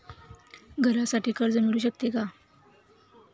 घरासाठी कर्ज मिळू शकते का?